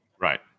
Right